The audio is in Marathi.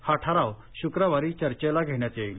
हा ठराव शुक्रवारी चचेला घेण्यात येईल